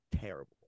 terrible